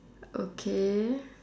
okay